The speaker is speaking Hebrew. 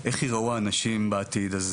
איך ייראו האנשים בעתיד.